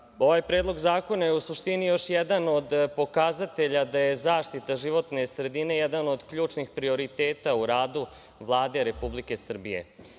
član. Ovaj Predlog zakona je u suštini još jedan od pokazatelja da je zaštita životne sredine jedan od ključnih prioriteta u radu Vlade Republike Srbije. Imajući